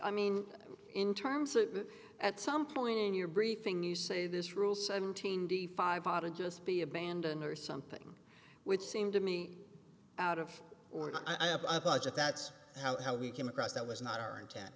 i mean in terms that at some point in your briefing you say this rule seventeen d five out and just be abandoned or something which seemed to me out of or not i have a budget that's how we came across that was not our intent